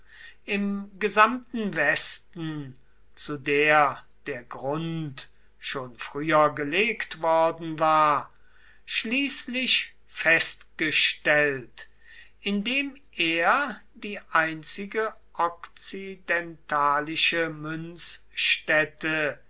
im gesamten westen zu der der grund schon früher gelegt worden war schließlich festgestellt indem er die einzige okzidentalische münzstätte